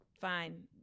fine